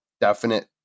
definite